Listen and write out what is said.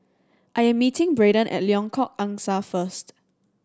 I am meeting Braiden at Lengkok Angsa first